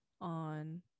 on